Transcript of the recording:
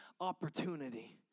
opportunity